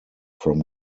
from